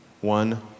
One